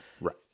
right